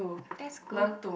that's good